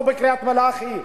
או בקריית-מלאכי.